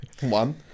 One